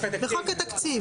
זה אמרנו שנשים בחוק התקציב,